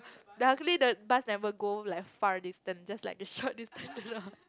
luckily the bus never go like far distance just like short distance lah